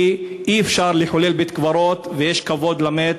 כי אי-אפשר לחלל בית-קברות, ויש כבוד למת.